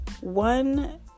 one